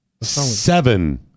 Seven